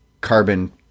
carbon